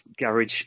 garage